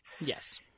Yes